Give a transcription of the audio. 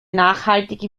nachhaltige